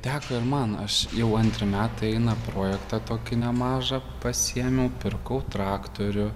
teko ir man aš jau antri metai eina projektą tokį nemažą pasiėmiau pirkau traktorių